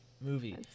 movie